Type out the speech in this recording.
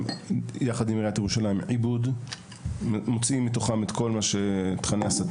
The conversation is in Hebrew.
ההסתה ועיריית ירושלים מבצעת את ההדפסה.